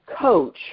coach